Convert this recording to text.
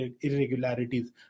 irregularities